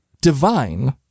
divine